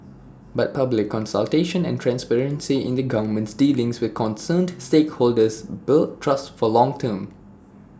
but public consultation and transparency in the government's dealings with concerned stakeholders build trust for the long term